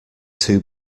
two